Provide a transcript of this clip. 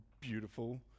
beautiful